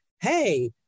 hey